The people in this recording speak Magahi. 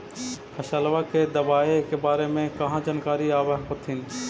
फसलबा के दबायें के बारे मे कहा जानकारीया आब होतीन?